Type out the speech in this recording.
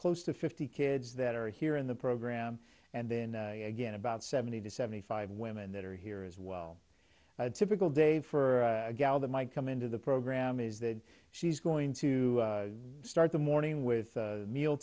close to fifty kids that are here in the program and then again about seventy to seventy five women that are here as well a typical day for a gal that might come into the program is that she's going to start the morning with meal